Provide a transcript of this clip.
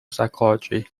psychology